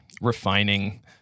refining